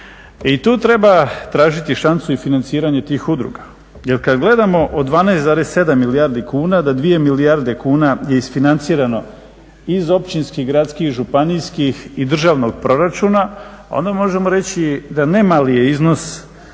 i tu treba tražiti šansu i financiranje tih udruga jer kada gledamo od 12,7 milijardi kuna, da 2 milijarde kuna je izfinancirano iz općinskih, gradskih, županijskih i državnog proračuna, onda možemo reći da ne mali je iznos kojim